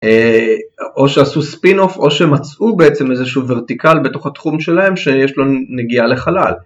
או שעשו ספין-אוף או שמצאו בעצם איזשהו ורטיקל בתוך התחום שלהם שיש לו נגיעה לחלל.